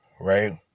right